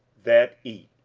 that eat,